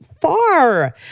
far